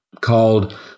called –